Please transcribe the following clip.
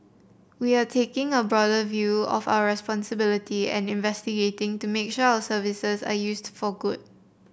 we are taking a broader view of our responsibility and investing to make sure our services are used for good